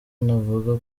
navuga